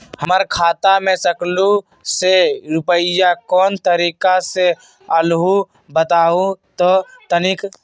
हमर खाता में सकलू से रूपया कोन तारीक के अलऊह बताहु त तनिक?